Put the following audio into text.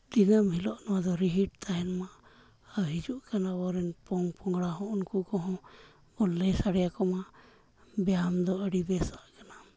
ᱫᱤᱱᱟᱹᱢ ᱦᱤᱞᱳᱜ ᱱᱚᱣᱟ ᱫᱚ ᱨᱤᱦᱤᱴ ᱛᱟᱦᱮᱱᱢᱟ ᱟᱨ ᱦᱤᱡᱩᱜᱠᱟᱱ ᱟᱵᱚᱨᱮᱱ ᱯᱚᱝᱼᱯᱚᱝᱜᱽᱲᱟ ᱦᱚᱸ ᱩᱱᱠᱚ ᱠᱚᱦᱚᱸ ᱵᱚᱱ ᱞᱟᱹᱭ ᱥᱟᱰᱮᱭᱟᱠᱚᱢᱟ ᱵᱮᱭᱟᱢ ᱫᱚ ᱟᱹᱰᱤ ᱵᱮᱥᱟᱜ ᱠᱟᱱᱟ